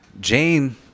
Jane